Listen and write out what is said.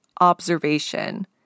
observation